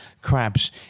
crabs